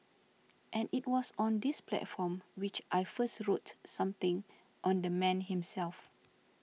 and it was on this platform which I first wrote something on the man himself